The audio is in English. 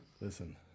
Listen